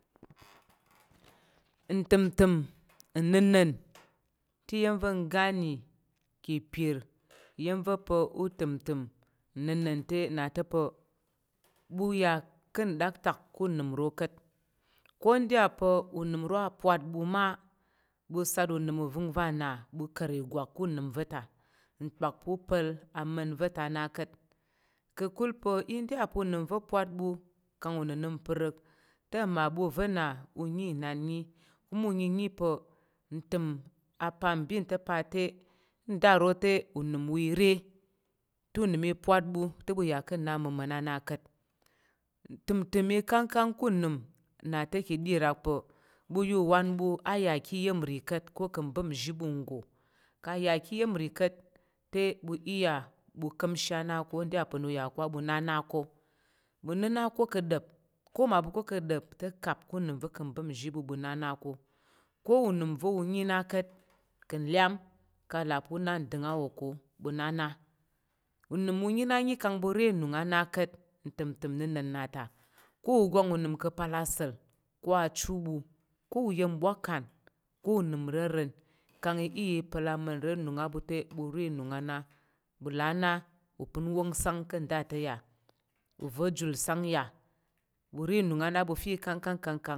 Ntəm ntəm na̱nne te iya̱m va̱ nga ni ka̱ apər iya̱m va̱ pa̱ utəmtəm na̱nne te ana to pa̱ ɓu ya ka̱ daktak ka̱ unəm ro ka̱t ko nda ya pa̱ unəm ro a pwat ɓu ma ɓu sat unəm uvəngva̱ na ɓu ƙar igwak ku nəm vata mpak pa̱ u pal aman va̱ta ana ka̱t ka̱kul pa̱ i nda ya pa̱ unəm va̱ pwat ɓu kang unənəm u pa̱ rik te mmaɓu va̱ na uyi na nyi kuma uyiyi pa̱ ntəm a pwat ɓu te pa̱ ta ro te ɓu re tu nəm pwat ɓu te bu ya ka na mu mana na kat ntəmtəm ikangkang kunin nna to ka̱ɗi rak pa̱ ɓu ya uwan ɓu a ya ka̱ aya̱m ri ka̱t ko ka̱ ubəp uzhi ɓu nggo ka̱ ya ka̱ yəm ri ka̱t te ɓu iya ɓu ka̱m shi ana ko ko ida ya po na ya ko ɓu na na ko ɓu na nako ka̱ dap ko ma ko ka dap te cap ku unəm va̱ ka̱ mɓan muji bu ɓu na na ko ko unəm va̱ uni na ka̱t kang liyam ka̱ là pa̱ una ndangga wo ko ɓu na na unəm uyi na ya kang ɓu re nəm a na ka̱t ntəm ntəm na̱nne na ta ko ugwai unəm ka̱pal asa̱l ko achi ɓu ko yen bwakan ko unəm reram kang i iya ipal ama̱n nre nnung a ɓu te bu rəning ana ɓu la ana upon wang sang kang dato ya uva̱ tul sang ya ɓu re nung ana ɓu fe ikangkang kangkang